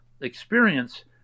experience